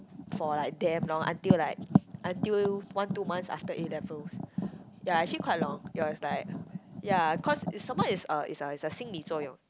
for like damn long until like until one two months after A-levels ya actually quite long it was like ya cause is some more it's a it's a it's a 心理作用